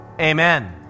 Amen